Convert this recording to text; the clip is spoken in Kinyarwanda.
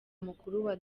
mukuru